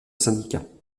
syndicat